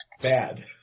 Bad